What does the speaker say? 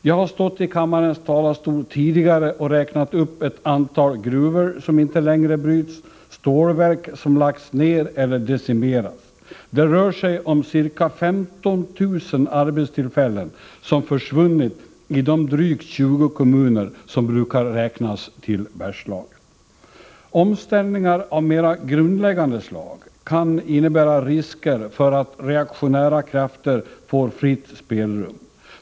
Jag har tidigare stått i kammarens talarstol och räknat upp ett antal gruvor som inte längre bryts och stålverk som lagts ned eller decimerats. Det rör sig om ca 15 000 arbetstillfällen som försvunnit i de drygt 20 kommuner som brukar räknas till Bergslagen. Omställningar av mera grundläggande slag kan innebära risker för att reaktionära krafter får fritt spelrum.